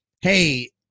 hey